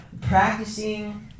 practicing